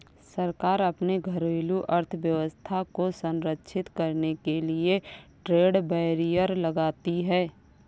सरकार अपने घरेलू अर्थव्यवस्था को संरक्षित करने के लिए ट्रेड बैरियर लगाती है